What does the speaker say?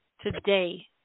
today